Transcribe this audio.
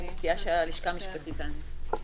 אני מציעה שהלשכה המשפטית תענה.